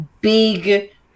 big